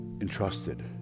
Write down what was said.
entrusted